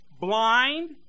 blind